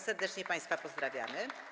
Serdecznie państwa pozdrawiamy.